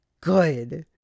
good